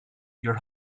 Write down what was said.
your